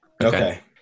Okay